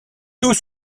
tout